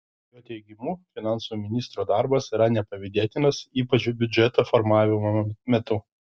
jo teigimu finansų ministro darbas yra nepavydėtinas ypač biudžeto formavimo metu